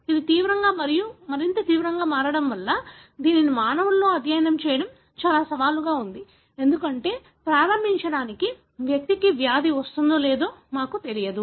ఇది తీవ్రంగా మరియు తీవ్రంగా మారుతుంది మరియు అందువల్ల దీనిని మానవులలో అధ్యయనం చేయడం చాలా సవాలుగా ఉంది ఎందుకంటే ప్రారంభించడానికి వ్యక్తికి వ్యాధి వస్తుందో లేదో మాకు తెలియదు